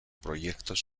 proyectos